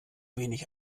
wenig